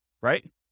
right